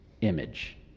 image